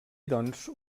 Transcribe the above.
doncs